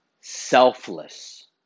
selfless